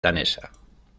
danesa